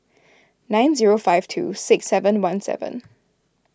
nine zero five two six seven one seven